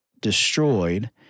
destroyed